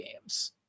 games